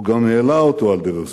הוא גם העלה אותו על דרך זו,